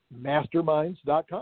masterminds.com